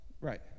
Right